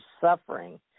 suffering